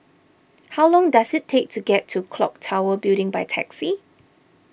how long does it take to get to Clock Tower Building by taxi